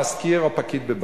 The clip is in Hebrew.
מזכיר או פקיד בבנק?